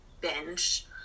binge